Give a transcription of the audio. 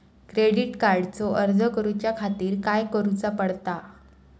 Credit कार्डचो अर्ज करुच्या खातीर काय करूचा पडता?